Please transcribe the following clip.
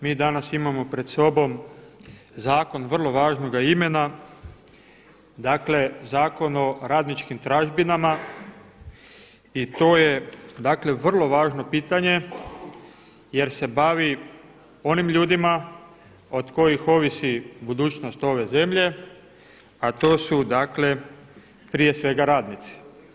Mi danas imamo pred sobom zakon vrlo važnoga imena, dakle Zakon o radničkim tražbinama i to je dakle vrlo važno pitanje jer se bavi onim ljudima o kojim ovisi budućnost ove zemlje, a to su dakle prije svega radnici.